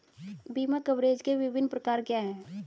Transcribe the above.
बीमा कवरेज के विभिन्न प्रकार क्या हैं?